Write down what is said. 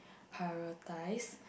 prioritise